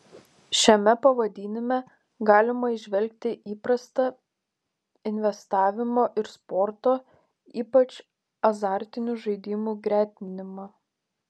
šiame pavadinime galima įžvelgti įprastą investavimo ir sporto ypač azartinių žaidimų gretinimą